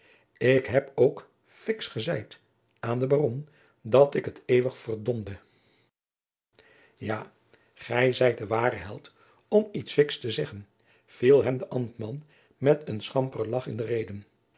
ik heb het ook fiks gezeid aan den baron dat ik het eeuwig verd ja gij zijt de ware held om iets fiks te zeggen viel hem de ambtman met een schamperen jacob van lennep de pleegzoon lagch in de reden